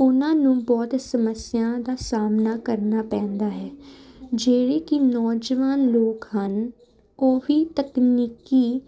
ਉਹਨਾਂ ਨੂੰ ਬਹੁਤ ਸਮੱਸਿਆ ਦਾ ਸਾਹਮਣਾ ਕਰਨਾ ਪੈਂਦਾ ਹੈ ਜਿਹੜੇ ਕਿ ਨੌਜਵਾਨ ਲੋਕ ਹਨ ਉਹੀ ਤਕਨੀਕੀ